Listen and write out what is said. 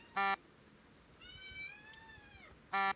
ಒಕ್ಕಣೆ ಮಾಡುವುದು ಹೇಗೆ ಮತ್ತು ಅದಕ್ಕೆ ಯಾವ ಪರಿಕರವನ್ನು ಉಪಯೋಗ ಮಾಡುತ್ತಾರೆ?